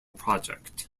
project